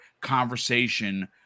conversation